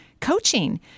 Coaching